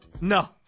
No